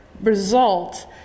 Result